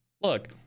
Look